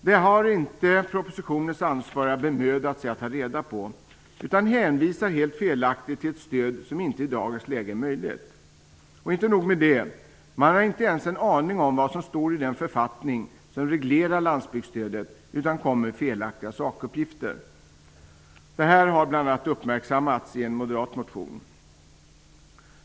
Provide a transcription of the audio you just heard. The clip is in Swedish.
Detta har inte de som är ansvariga för propositionen bemödat sig att ta reda på. De hänvisar helt felaktigt till ett stöd som i dagens läge inte är möjligt. Det är inte nog med det. Man har inte ens en aning om vad som står i den författning som reglerar landsbygdsstödet utan man kommer med felaktiga sakuppgifter. Det här har bl.a. uppmärksammats i en moderat motion.